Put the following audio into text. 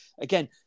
again